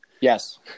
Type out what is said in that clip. Yes